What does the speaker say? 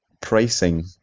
pricing